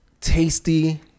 tasty